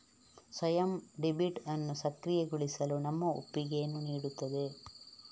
ಸ್ವಯಂ ಡೆಬಿಟ್ ಅನ್ನು ಸಕ್ರಿಯಗೊಳಿಸಲು ತಮ್ಮ ಒಪ್ಪಿಗೆಯನ್ನು ನೀಡುತ್ತದೆ